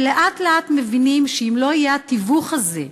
ולאט-לאט מבינים שאם לא יהיה התיווך הזה,